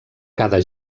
cada